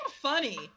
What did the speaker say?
funny